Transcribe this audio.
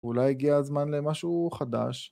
‫אולי הגיע הזמן למשהו חדש.